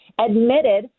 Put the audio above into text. admitted